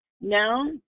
now